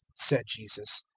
said jesus,